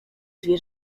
zwie